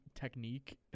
technique